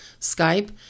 Skype